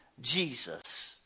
Jesus